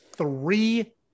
three